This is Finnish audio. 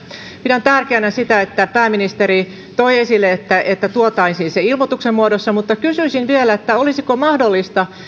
pidän tärkeänä sitä että pääministeri toi esille että ne tuotaisiin ilmoituksen muodossa mutta kysyisin vielä olisiko mahdollista